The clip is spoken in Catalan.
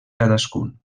cadascun